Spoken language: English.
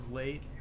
late